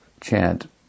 chant